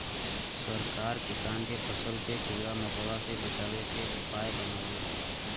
सरकार किसान के फसल के कीड़ा मकोड़ा से बचावे के उपाय बतावलन